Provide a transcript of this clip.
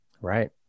Right